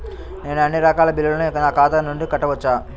నేను అన్నీ రకాల బిల్లులను నా ఖాతా నుండి కట్టవచ్చా?